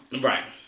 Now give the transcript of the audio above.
Right